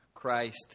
Christ